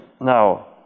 now